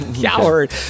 Coward